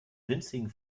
winzigen